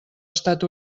estat